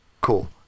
Cool